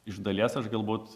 iš dalies aš galbūt